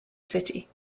city